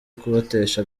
kubatesha